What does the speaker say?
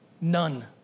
None